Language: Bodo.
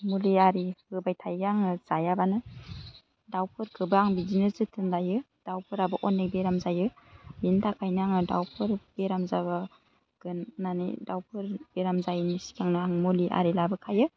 मुलि आरि होबाय थायो आङो जायाबानो दाउफोरखौबो आं बिदिनो जोथोन लायो दाउफोराबो अनेक बेराम जायो बिनि थाखायनो आङो दाउफोर बेराम जाबा गोन होन्नानै आं दाउफोर बेराम जायिनि सिगांनो आं मुलि आरि लाबोखायो